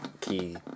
key